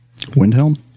Windhelm